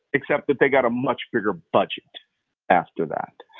except that they got a much bigger budget after that.